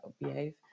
behave